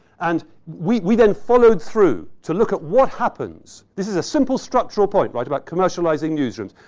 and we we then followed through to look at what happens. this is a simple structural point, right, about commercializing news rooms.